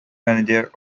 manager